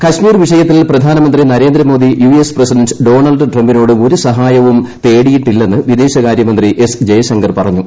കാശ്മീർ വിഷയത്തിൽ പ്രധാനമന്ത്രി Narendra Modi U S president Donald ട്രംപിനോട് ഒരു സഹായവും തേടിയിട്ടില്ലെന്ന് വിദേശകാര്യമന്ത്രി എസ് ജയശങ്കർ പറഞ്ഞു